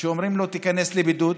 שאומרים לו: תיכנס לבידוד?